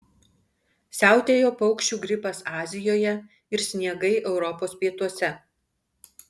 siautėjo paukščių gripas azijoje ir sniegai europos pietuose